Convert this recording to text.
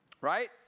Right